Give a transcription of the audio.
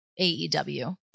AEW